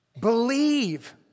Believe